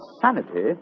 sanity